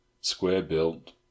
square-built